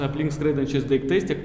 aplink skraidančiais daiktais tiek